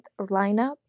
lineup